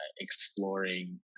exploring